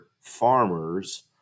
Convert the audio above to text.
farmers